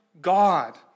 God